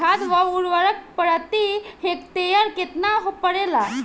खाध व उर्वरक प्रति हेक्टेयर केतना पड़ेला?